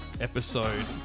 episode